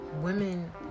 women